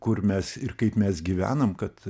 kur mes ir kaip mes gyvenam kad